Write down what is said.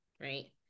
right